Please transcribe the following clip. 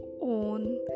own